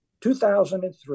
2003